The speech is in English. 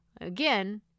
again